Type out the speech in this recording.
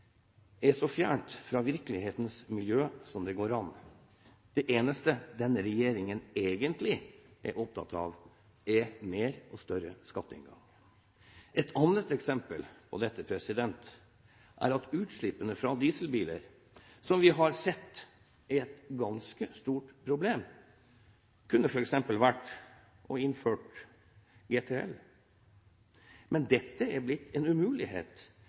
er så fjernt fra virkelighetens miljø som det går an. Det eneste denne regjeringen egentlig er opptatt av, er mer og større skatteinngang. Et annet eksempel – siden utslippene fra dieselbiler er et ganske stort problem – kunne være å innføre GTL. Men dette er blitt en umulighet